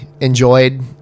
enjoyed